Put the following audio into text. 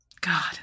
God